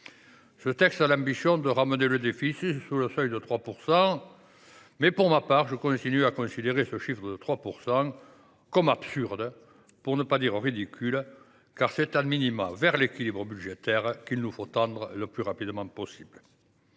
Ce texte a l’ambition de ramener le déficit sous le seuil de 3 % du PIB, chiffre que je continue de considérer comme absurde, pour ne pas dire ridicule, car c’est vers l’équilibre budgétaire qu’il nous faut tendre le plus rapidement possible.